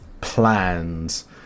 plans